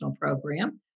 program